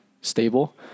stable